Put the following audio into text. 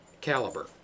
caliber